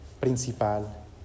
principal